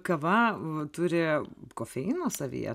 kava turi kofeino savyje